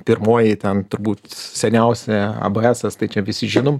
pirmoji ten turbūt seniausia a b esas tai čia visi žinom